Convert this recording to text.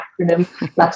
acronym